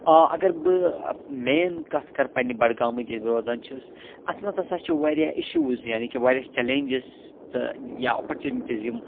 آ اگر بہٕ مین کَتھ کَرٕ پَننہِ بَڑگامٕچ ییٚتہِ بہٕ روزان چھُس اَتھ مَنٛز ہَسا چھِ واریاہ اِشوز یعنی کہِ واریاہ چَلینجِس تہِ یا اَپَرچونِٹیٖز یِم